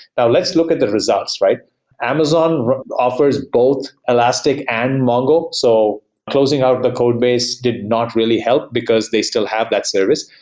now let's look at the results. amazon offers both elastic and mongo. so closing out the codebase did not really help, because they still have that service.